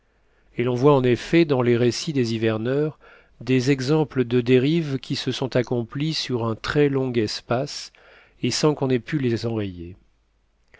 et l'on voit en effet dans les récits des hiverneurs des exemples de dérives qui se sont accomplies sur un très long espace et sans qu'on ait pu les enrayer